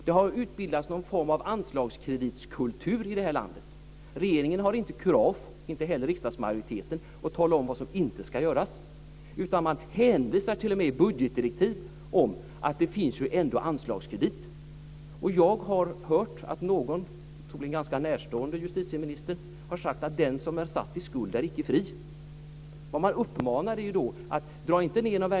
Det har utvecklats någon form av anslagskreditskultur i det här landet. Regeringen har inte - och inte heller riksdagsmajoriteten - kurage att tala om vad som inte ska göras, utan man hänvisar t.o.m. i budgetdirektiv till att det ändå finns anslagskredit. Jag har hört att någon, troligen ganska närstående justitieministern, har sagt: Den som är satt i skuld är icke fri. Men vad man uppmanar till nu är ju att inte dra ned på någon verksamhet.